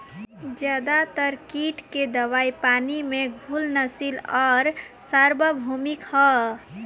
ज्यादातर कीट के दवाई पानी में घुलनशील आउर सार्वभौमिक ह?